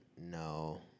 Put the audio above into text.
no